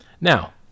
Now